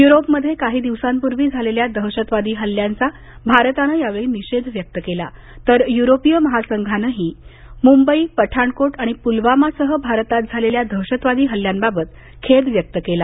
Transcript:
युरोपमध्ये काही दिवसांपूर्वी झालेल्या दहशतवादी हल्ल्यांचा भारतानं यावेळी निषेध व्यक्त केला तर युरोपीय महासंघानंही मुंबई पठाणकोट आणि पुलवामासह भारतात झालेल्या दहशतवादी हल्ल्यांबाबत खेद व्यक्त केला